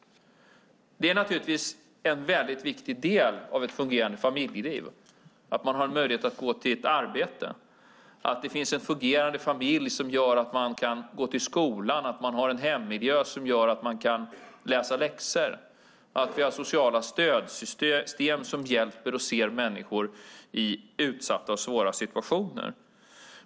Det är naturligtvis en väldigt viktig del av ett fungerande familjeliv att man har möjlighet att gå till ett arbete, att det finns en fungerande familj som gör att man kan gå till skolan, att man har en hemmiljö som gör att man kan läsa läxor, att vi har sociala stödsystem som hjälper och ser människor i utsatta och svåra situationer.